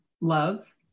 love